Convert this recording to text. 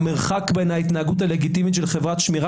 המרחק בין ההתנהגות הלגיטימית של חברת שמירה